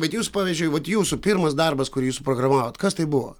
bet jūs pavyzdžiui vat jūsų pirmas darbas kurį jūs suprogramavot kas tai buvo